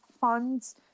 funds